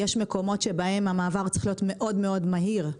יש מקומות שבהם המעבר צריך להיות מאוד מהיר,